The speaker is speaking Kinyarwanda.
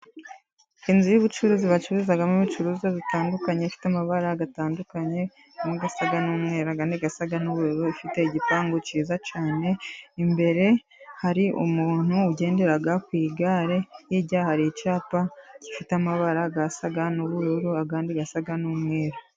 Inzu y'ubucuruzi bacururizamo ibicuruzwa bitandukanye. Ifite amabara atandukanye amwe asa n'umweru ayandi asaga n'ubururu. Ifite igipangu cyiza cyane, imbere hari umuntu ugendera ku igare. Hirya hari icyapa gifite amabara asa n'ubururu, ayandi asa n'umweru.